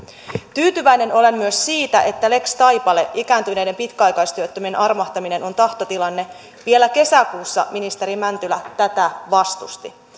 tyytyväinen olen myös siitä että lex taipale ikääntyneiden pitkäaikaistyöttömien armahtaminen on tahtotilanne vielä kesäkuussa ministeri mäntylä tätä vastusti